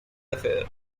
affair